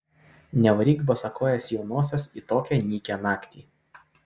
nevaryk basakojės jaunosios į tokią nykią naktį